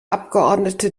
abgeordnete